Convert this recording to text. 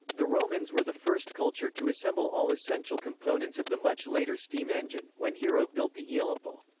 the romans were the first culture to assemble all essential components of the much later steam engine, when hero built the aeolipile.